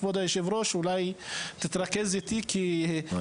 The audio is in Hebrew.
כבוד יושב הראש אולי תתרכז איתי --- לא,